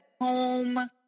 home